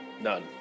None